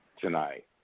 tonight